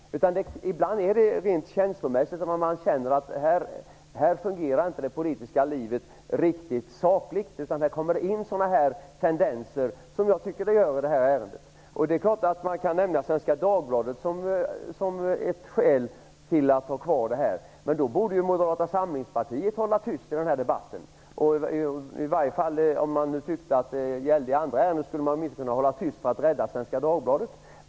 Ibland är det rent känslomässigt - man känner att här fungerar inte det politiska livet riktigt sakligt, utan det kommer in gruppegoistiska tendenser. Det tycker jag att det gör i det här ärendet. Det är klart att man kan nämna Svenska Dagbladet som ett skäl till att ha kvar presstödet, men då borde ju Moderata samlingspartiet hålla tyst i den här debatten, i varje fall för att rädda Svenska Dagbladet.